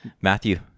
Matthew